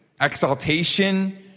exaltation